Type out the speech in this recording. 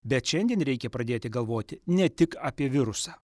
bet šiandien reikia pradėti galvoti ne tik apie virusą